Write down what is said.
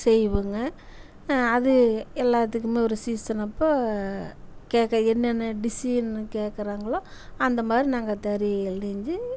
செய்வோங்க அது எல்லாத்துக்குமே ஒரு சீசனப்போ கேட்குற என்னென்ன டிசினு கேட்குறாங்களோ அந்த மாதிரி நாங்கள் தறிகள் நெஞ்சு